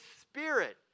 Spirit